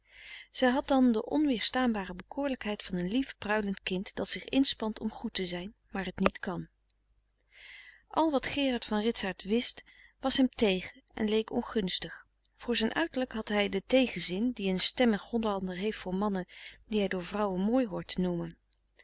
zij had dan de onweerstaanbare bekoorlijkheid van een lief pruilend kind dat zich inspant om goed te zijn maar t niet kan al wat gerard van ritsaart wist was hem tegen en leek ongunstig voor zijn uiterlijk had hij den tegenfrederik van eeden van de koele meren des doods zin die een stemmig hollander heeft voor mannen die hij door vrouwen mooi hoort noemen